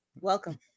welcome